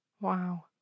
Wow